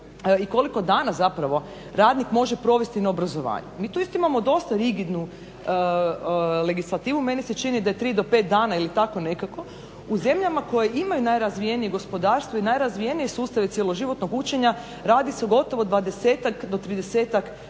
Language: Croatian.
i koliko dana radnik može provesti na obrazovanju. Mi tu imamo dosta rigidnu legislativu, meni se čini da je 3 do 5 dana ili tako nekako. U zemljama koje imaju najrazvijenije gospodarstvo i najrazvijenije sustave cjeloživotnog učenja radi se o gotovo 20-ak do 30-ak dana